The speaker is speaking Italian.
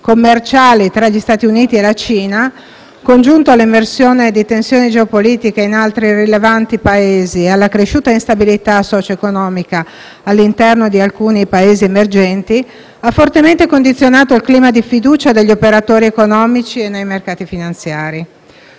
commerciali tra Stati Uniti e Cina, congiunte all'emersione di tensioni geopolitiche in altri rilevanti Paesi e alla cresciuta instabilità socio-economica all'interno di alcuni Paesi emergenti, ha fortemente condizionato il clima di fiducia degli operatori economici e nei mercati finanziari.